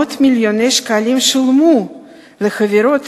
מאות מיליוני שקלים שולמו לחברות